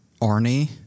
Arnie